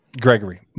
Gregory